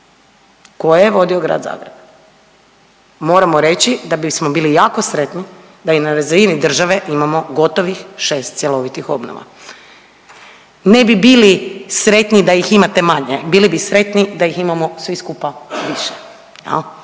koje je vodio grad Zagreb. Moramo reći da bismo bili jako sretni da i na razini države imamo gotovih šest cjelovitih obnova. Ne bi bili sretni da ih imate manje, bili bi sretni da ih imamo svi skupa više